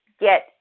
get